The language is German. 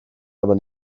aber